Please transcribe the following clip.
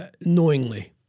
knowingly